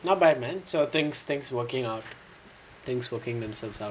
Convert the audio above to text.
not bad man things things working out things working themselves out